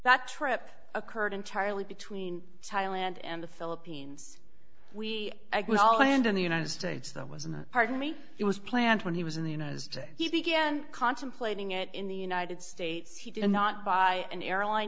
that trip occurred in charley between thailand and the philippines we all hand in the united states that was in the pardon me it was planned when he was in the united states he began contemplating it in the united states he did not buy an airline